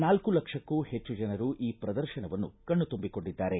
ನಾಲ್ಕು ಲಕ್ಷಕ್ಕೂ ಹೆಚ್ಚು ಜನರು ಈ ಪ್ರದರ್ಶನವನ್ನು ಕಣ್ಣು ತುಂಬಿಕೊಂಡಿದ್ದಾರೆ